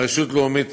הרשות הלאומית